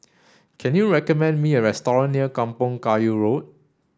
can you recommend me a near Kampong Kayu Road